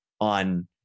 on